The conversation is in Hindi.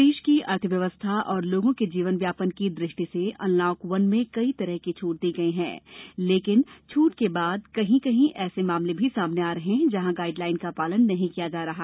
प्रदेश की अर्थव्यवस्था और लोगों के जीवन यापन की दृष्टि से अनलॉक वन में कई तरह की छूट दी गई है लेकिन छूट के बाद कहीं कहीं ऐसे मामले भी सामने आ रहे हैं जहां गाइडलाइन का पालन नहीं किया जा रहा